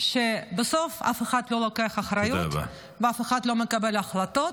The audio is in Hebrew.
שבסוף אף אחד לא לוקח אחריות ואף אחד לא מקבל החלטות,